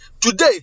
Today